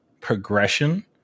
progression